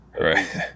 right